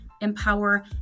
empower